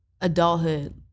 adulthood